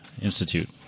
Institute